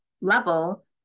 level